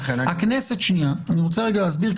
אני רוצה להסביר,